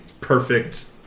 perfect